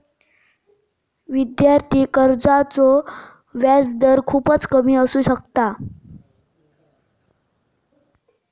विद्यार्थी कर्जाचो व्याजदर खूपच कमी असू शकता